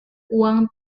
uang